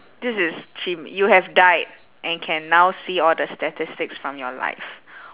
this is chim you have died and can now see all the statistics from your life